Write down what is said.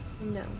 No